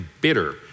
bitter